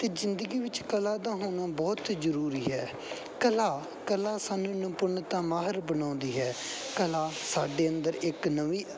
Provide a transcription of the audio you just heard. ਅਤੇ ਜ਼ਿੰਦਗੀ ਵਿੱਚ ਕਲਾ ਦਾ ਹੋਣਾ ਬਹੁਤ ਜ਼ਰੂਰੀ ਹੈ ਕਲਾ ਕਲਾ ਸਾਨੂੰ ਨਿਪੁੰਨਤਾ ਮਾਹਰ ਬਣਾਉਂਦੀ ਹੈ ਕਲਾ ਸਾਡੇ ਅੰਦਰ ਇੱਕ ਨਵੀਂ